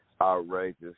outrageous